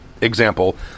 example